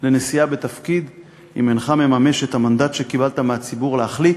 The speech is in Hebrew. לנשיאה בתפקיד אם אינך מממש את המנדט שקיבלת מהציבור להחליט,